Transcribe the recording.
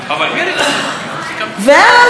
ואז היא החליטה להסתכל על הקולנוע.